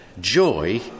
Joy